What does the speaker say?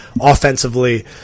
Offensively